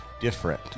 different